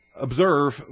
observe